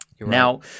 Now